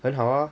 很好 ah